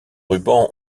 ruban